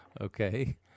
Okay